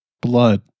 blood